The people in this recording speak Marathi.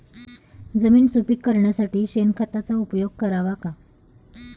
जमीन सुपीक करण्यासाठी शेणखताचा उपयोग करावा का?